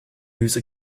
use